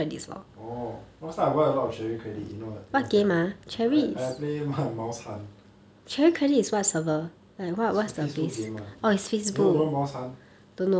orh last time I buy a lot of cherry credit you know what you know what's I play my mouse hunt is for facebook game [one] you know you know mouse hunt